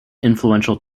influential